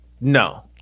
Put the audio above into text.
No